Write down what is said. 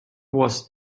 was